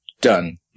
done